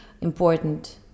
important